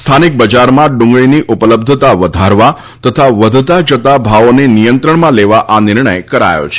સ્થાનિક બજારમાં ડુંગળીની ઉપલબ્ધતા વધારવા તથા વધતા જતા ભાવોને નિયંત્રણમાં લેવા આ નિર્ણય કરાયો છે